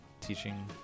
teaching